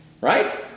right